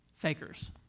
Fakers